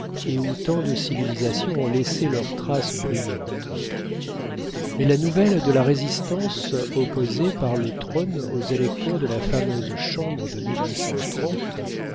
et où tant de civilisations ont laissé leurs traces brillantes mais la nouvelle de la résistance opposée par le trône aux électeurs de la fameuse chambre de